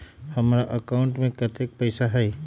हमार अकाउंटवा में कतेइक पैसा हई?